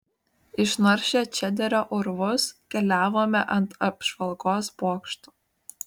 išnaršę čederio urvus keliavome ant apžvalgos bokšto